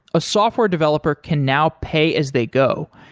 a software developer can now pay as they go,